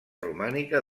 romànica